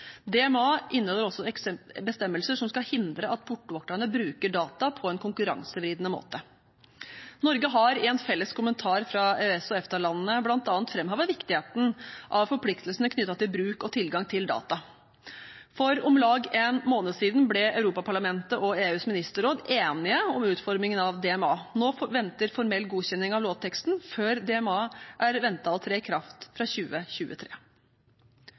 DMA inneholder også bestemmelser som skal hindre at portvokterne bruker data på en konkurransevridende måte. Norge har i en felles kommentar fra EØS- og EFTA-landene bl.a. framhevet viktigheten av forpliktelsene knyttet til bruk og tilgang til data. For om lag en måned siden ble Europaparlamentet og EUs ministerråd enige om utformingen av DMA. Nå venter formell godkjenning av lovteksten, før DMA er ventet å tre i kraft fra 2023.